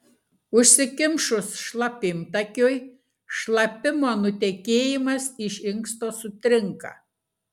užsikimšus šlapimtakiui šlapimo nutekėjimas iš inksto sutrinka